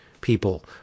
people